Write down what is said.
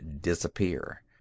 disappear